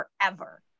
forever